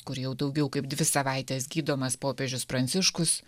kur jau daugiau kaip dvi savaites gydomas popiežius pranciškus